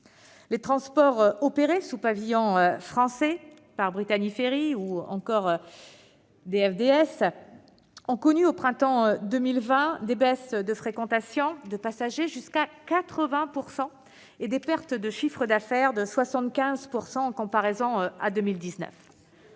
Les transports opérés sous pavillon français par Brittany Ferries et DFDS Seaways ont connu au printemps 2020 des baisses de fréquentation de passagers jusqu'à 80 % et des pertes de chiffre d'affaires de 75 % par rapport à 2019.